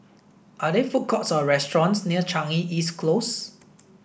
are there food courts or restaurants near Changi East Close